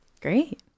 Great